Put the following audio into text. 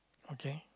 okay